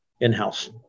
in-house